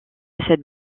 cette